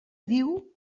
diu